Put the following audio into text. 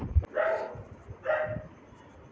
मी online चालू खाते उघडू शकते का?